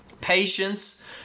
patience